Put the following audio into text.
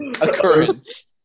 occurrence